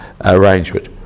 arrangement